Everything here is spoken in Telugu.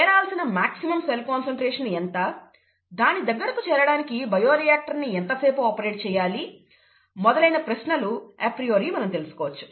చేరాల్సిన మాక్సిమం సెల్ కాన్సన్ట్రేషన్ ఎంత దాని దగ్గరకు చేరడానికి బయో రియాక్టర్ ని ఎంతసేపు ఆపరేట్ చేయాలి మొదలైన ప్రశ్నలు అప్రియోరి మనం తెలుసుకోవచ్చు